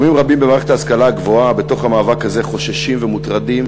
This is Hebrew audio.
גורמים רבים במערכת ההשכלה הגבוהה בתוך המאבק הזה חוששים ומוטרדים